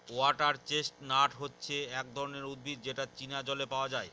water chestnut হচ্ছে এক ধরনের উদ্ভিদ যেটা চীনা জলে পাওয়া যায়